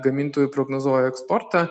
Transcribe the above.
gamintojų prognozuoja eksportą